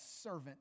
servant